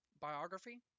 Biography